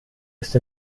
ist